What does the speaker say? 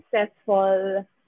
successful